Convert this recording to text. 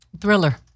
Thriller